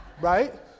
Right